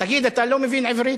תגיד, אתה לא מבין עברית?